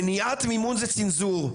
מניעת מימון זה צנזור,